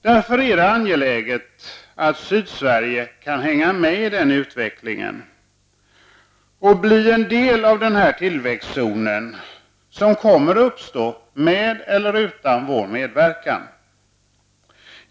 Det är därför angeläget att Sydsverige kan hänga med i den utvecklingen och bli en del av den tillväxtzon som kommer att uppstå med eller utan vår medverkan.